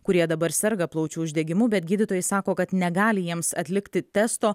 kurie dabar serga plaučių uždegimu bet gydytojai sako kad negali jiems atlikti testo